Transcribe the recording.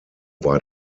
war